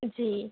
जी